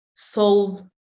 solve